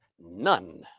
none